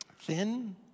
thin